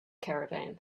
caravan